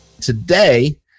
Today